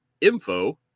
info